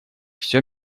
все